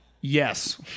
Yes